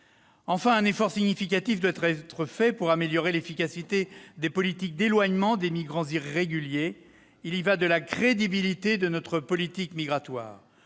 Enfin, un effort significatif doit être fait pour améliorer l'efficacité des politiques d'éloignement des migrants irréguliers. Il y va de la crédibilité de notre politique migratoire.